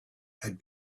had